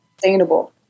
sustainable